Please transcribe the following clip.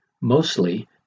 mostly